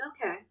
Okay